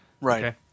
right